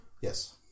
Yes